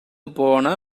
போன